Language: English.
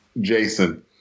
Jason